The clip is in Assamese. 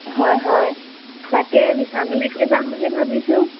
হয় হয় তাকে বিশাললৈকে যাম বুলি ভাবিছোঁ